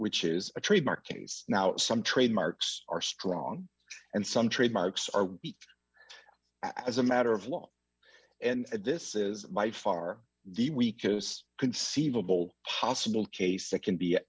which is a trademark case now some trademarks are strong and some trademarks are as a matter of law and this is by far the weakest conceivable possible case it can be